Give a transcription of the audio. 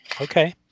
Okay